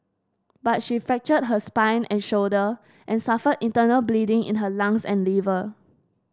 but she fractured her spine and shoulder and suffered internal bleeding in her lungs and liver